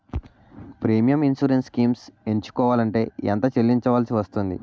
Premium insurance schemes ఎంచుకోవలంటే ఎంత చల్లించాల్సివస్తుంది??